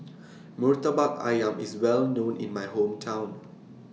Murtabak Ayam IS Well known in My Hometown